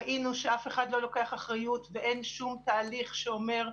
ראינו שאף אחד לא לוקח אחריות ואין שום תהליך שאומר: